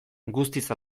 guztiz